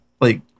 like-